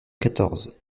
quatorze